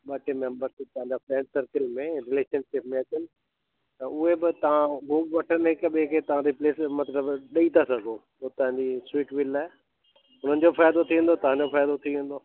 ब टे मेंबर्स बि तव्हांजा फ्रैंड्स सर्कल में रिलेशनशिप में अचनि त उहे बि तव्हां उहो बि वठनि हिक बिए खे तव्हां रिपलेस मतिलब ॾई था सघो हुओ तव्हांजी स्वीट विल आहे हुननि जो फ़ाइदो थी वेंदो तव्हांजो फ़ाइदो थी वेंदो